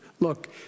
Look